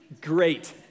Great